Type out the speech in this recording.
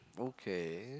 okay